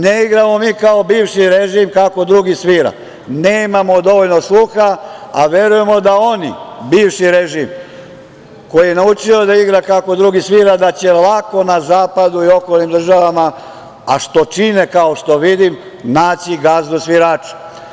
Ne igramo kao bivši režim kako drugi svira, nemamo dovoljno sluha, a verujemo da oni, bivši režim, koji je naučio da igra kako drugi svira da će lako na zapadu i okolnim državama, a što čine kao što vidim, naći gazdu svirače.